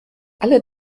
alle